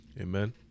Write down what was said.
Amen